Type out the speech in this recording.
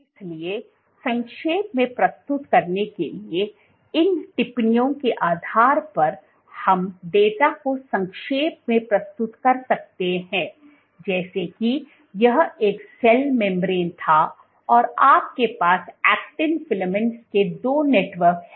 इसलिए संक्षेप में प्रस्तुत करने के लिए इन टिप्पणियों के आधार पर हम डेटा को संक्षेप में प्रस्तुत कर सकते हैं जैसे कि यह एक सेल मेम्ब्रेन थाऔर आपके पास एक्टिन फिलामेंट्स के दो नेटवर्क हैं